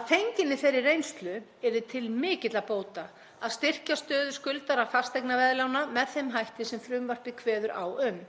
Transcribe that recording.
Að fenginni þeirri reynslu yrði til mikilla bóta að styrkja stöðu skuldara fasteignaveðlána með þeim hætti sem frumvarpið kveður á um.